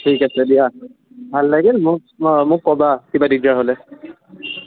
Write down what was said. ঠিক আছে দিয়া ভাল লাগিল মোক অঁ মোক ক'বা কিবা দিগদাৰ হ'লে